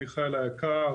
מיכאל היקר,